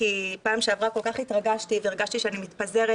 כי פעם שעברה כל כך התרגשתי והרגשתי שאני מתפזרת,